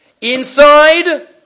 inside